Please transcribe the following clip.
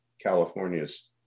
California's